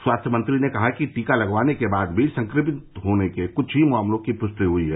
स्वास्थ्य मंत्री ने कहा कि टीका लगवाने के बाद भी संक्रमित होने के कुछ ही मामलों की पुष्टि हुई है